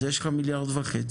אז יש לך מיליארד וחצי,